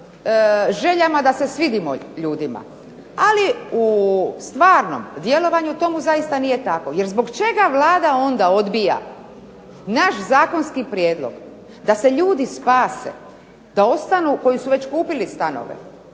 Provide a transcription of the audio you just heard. željama da se svidimo ljudima. Ali u stvarnom djelovanju tomu zaista nije tako. Jer zbog čega Vlada onda odbija naš zakonski prijedlog da se ljudi spase, da ostanu koji su već kupili stanove.